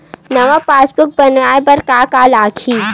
नवा पासबुक बनवाय बर का का लगही?